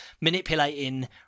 manipulating